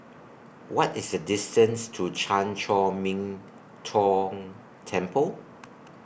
What IS The distance to Chan Chor Min Tong Temple